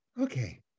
Okay